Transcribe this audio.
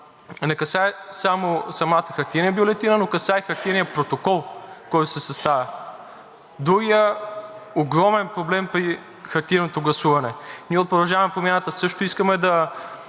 не касае само самата хартиена бюлетина, но касае хартиения протокол, който се съставя. Другият огромен проблеми при хартиеното гласуване – ние от „Продължаваме Промяната“ също искаме